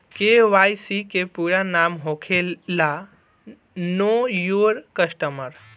KYC के पूरा नाम होखेला नो योर कस्टमर